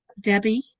Debbie